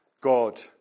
God